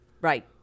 right